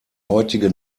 heutige